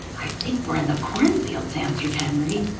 i think we're in the cornfields, answered henry.